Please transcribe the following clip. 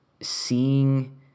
seeing